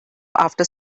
after